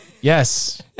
yes